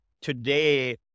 today